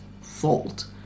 fault